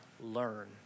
learn